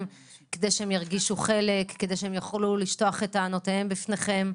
כדי שהם ירגישו חלק ויוכלו לשטוח את טענותיהם בפניכם.